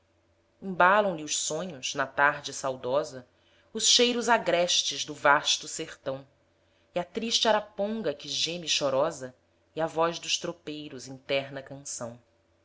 embalam lhe os sonhos na tarde saudosa os cheiros agrestes do vasto sertão e a triste araponga que geme chorosa e a voz dos tropeiros em terna canção